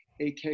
AK